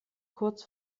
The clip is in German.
kurz